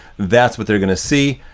that's what they're gonna see.